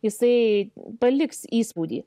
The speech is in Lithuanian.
jisai paliks įspūdį